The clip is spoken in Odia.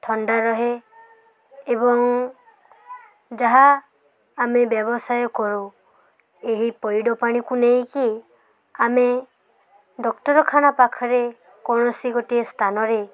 ଥଣ୍ଡା ରହେ ଏବଂ ଯାହା ଆମେ ବ୍ୟବସାୟ କରୁ ଏହି ପଇଡ଼ ପାଣିକୁ ନେଇକି ଆମେ ଡକ୍ତରଖାନା ପାଖରେ କୌଣସି ଗୋଟିଏ ସ୍ଥାନରେ